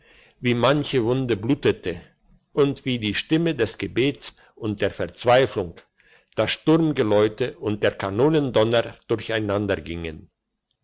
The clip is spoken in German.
wie manche wunde blutete und wie die stimme des gebets und der verzweiflung das sturmgeläute und der kanonendonner durcheinander